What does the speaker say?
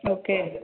okay